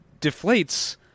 deflates